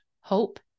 hope